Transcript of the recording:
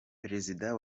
perezida